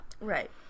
Right